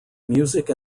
music